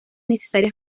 necesarias